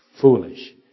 foolish